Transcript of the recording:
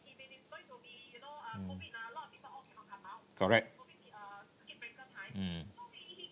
mm correct mm